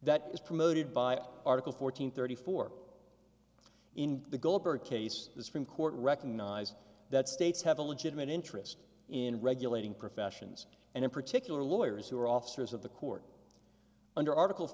that is promoted by article fourteen thirty four in the goldberg case the supreme court recognized that states have a legitimate interest in regulating professions and in particular lawyers who are officers of the court under article